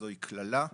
שזוהי קללה,